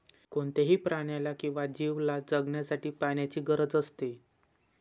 कोणत्याही प्राण्याला किंवा जीवला जगण्यासाठी पाण्याची गरज असते